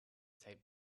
taped